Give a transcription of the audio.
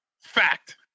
Fact